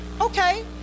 Okay